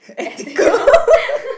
ethical